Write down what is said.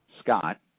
Scott